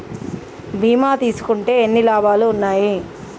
బీమా తీసుకుంటే ఎన్ని లాభాలు ఉన్నాయి?